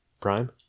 Prime